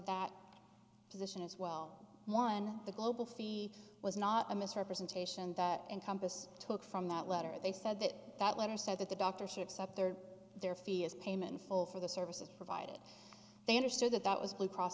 that position as well one the global fee was not a misrepresentation and compass took from that letter they said that that letter said that the doctor should accept their their fee is payment full for the services provided they understood that that was blue